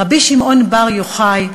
רבי שמעון בר יוחאי,